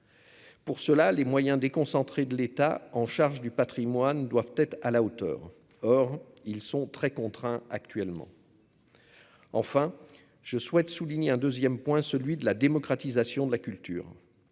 pour cela les moyens déconcentrés de l'État, en charge du Patrimoine doivent être à la hauteur, or ils sont très contraint actuellement. Enfin, je souhaite souligner un 2ème point, celui de la démocratisation de la culture,